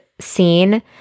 scene